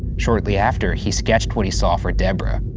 shortly after, he sketched what he saw for debra.